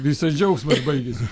visas džiaugsmas baigės